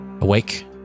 awake